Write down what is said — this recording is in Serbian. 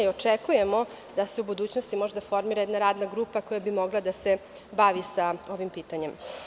Očekujemo da se u budućnosti formira jedna radna grupa koja bi mogla da se bavi ovim pitanjem.